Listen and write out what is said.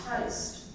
Christ